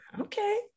okay